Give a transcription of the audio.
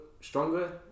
stronger